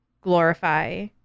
glorify